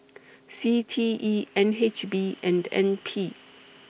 C T E N H B and N P